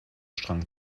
strang